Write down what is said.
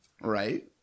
Right